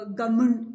government